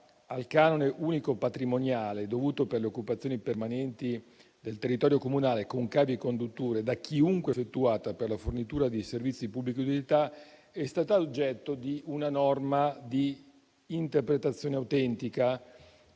al canone unico patrimoniale dovuto per le occupazioni permanenti del territorio comunale con cavi e condutture, da chiunque effettuata, per la fornitura di servizi di pubblica utilità, è stata oggetto di una norma di interpretazione autentica